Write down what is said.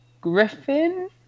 Griffin